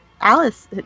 Alice